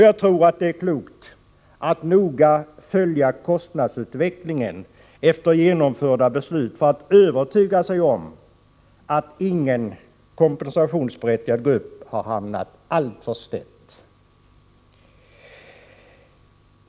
Jag tror att det är klokt att efter genomförandet av beslutet noga följa kostnadsutvecklingen för att övertyga sig om att ingen kompensationsberättigad grupp har hamnat alltför snett.